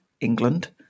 england